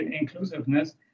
inclusiveness